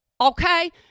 Okay